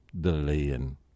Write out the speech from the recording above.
delaying